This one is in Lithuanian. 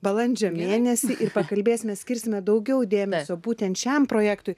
balandžio mėnesį ir pakalbėsime skirsime daugiau dėmesio būtent šiam projektui